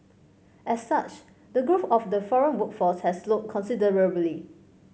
as such the growth of the foreign workforce has slowed considerably